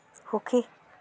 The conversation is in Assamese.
সুখী